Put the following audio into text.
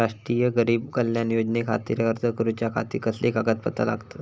राष्ट्रीय गरीब कल्याण योजनेखातीर अर्ज करूच्या खाती कसली कागदपत्रा लागतत?